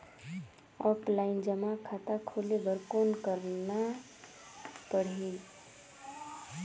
Offline जमा खाता खोले बर कौन करना पड़ही?